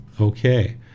Okay